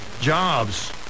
jobs